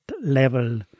level